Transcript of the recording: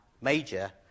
major